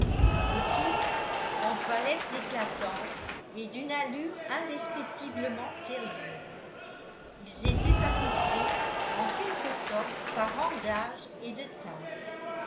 le tout en toilettes éclatantes et d'une allure indescriptiblement sérieuse ils étaient accouplés en quelque sorte par rang d'âge et de taille